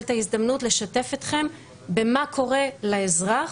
את ההזדמנות ולשתף אתכם במה קורה לאזרח,